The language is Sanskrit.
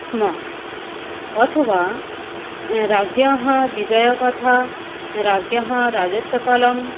स्म अथवा राज्ञः विजयगाथा राज्ञः राजत्वकालः